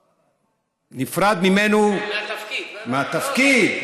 לא, נפרד ממנו, מהתפקיד, מהתפקיד.